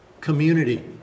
community